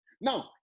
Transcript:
Now